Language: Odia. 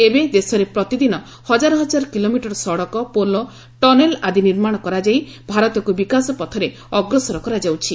ଏବେ ଦେଶରେ ପ୍ରତିଦିନ ହଜାର ହଜାର କିଲୋମିଟର ସଡ଼କ ପୋଲ ଟନେଲ ଆଦି ନିର୍ମାଣ କରାଯାଇ ଭାରତକୁ ବିକାଶ ଦିଗରେ ଅଗ୍ରସର କରାଯାଉଛି